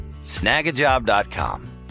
snagajob.com